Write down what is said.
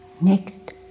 Next